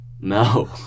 No